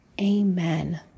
Amen